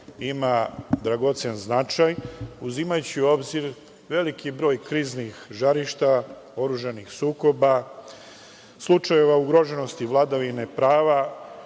ima dragocen značaj uzimajući u obzir veliki broj kriznih žarišta, oružanih sukoba, slučajeva ugroženosti vladavine prava,